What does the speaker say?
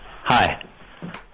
Hi